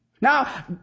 Now